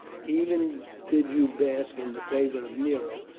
even did you bask in the favour of nero.